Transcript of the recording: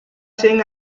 cien